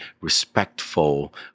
respectful